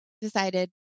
decided